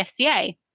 FCA